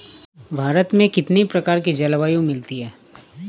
भारत में कितनी प्रकार की जलवायु मिलती है?